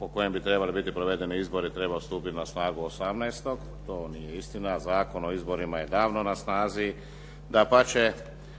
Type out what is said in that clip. o kojem bi trebali biti provedeni izbori trebao stupiti na snagu 18. to nije istina. Zakon o izborima je davno na snazi. Dapače